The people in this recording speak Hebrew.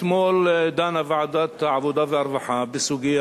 אתמול דנה ועדת העבודה והרווחה בסוגיה